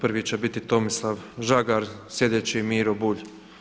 Prvi će biti Tomislav Žagar, sljedeći Miro Bulj.